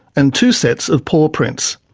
and two sets of paw prints.